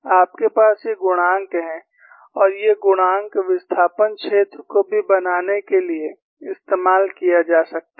आपके पास ये गुणांक हैं और ये गुणांक विस्थापन क्षेत्र को भी बनाने के लिए इस्तेमाल किया जा सकता है